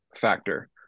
factor